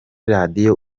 radio